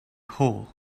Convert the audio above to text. hole